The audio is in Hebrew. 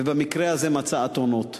ובמקרה הזה מצא אתונות.